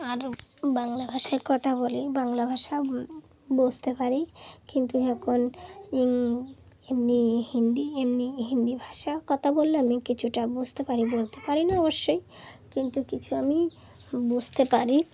আর বাংলা ভাষায় কথা বলি বাংলা ভাষা বুঝতে পারি কিন্তু এখন এমনি হিন্দি এমনি হিন্দি ভাষা কথা বললে আমি কিছুটা বুঝতে পারি বলতে পারি না অবশ্যই কিন্তু কিছু আমি বুঝতে পারি